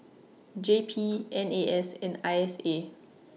J P N A S and I S A